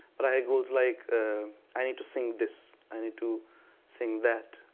but i have goals like i need to sing this. i need to sing that.